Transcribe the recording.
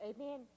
Amen